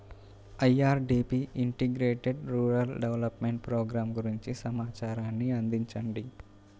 IRDP integrated rural development programme గురించి సమాచారాన్ని అందించండి?